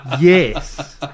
Yes